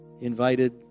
invited